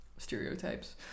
Stereotypes